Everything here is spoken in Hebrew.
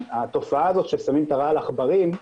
התופעה הזאת ששמים את הרעל עכברים,